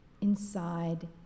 inside